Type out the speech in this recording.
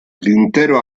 l’intero